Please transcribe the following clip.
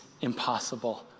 impossible